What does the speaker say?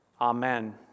Amen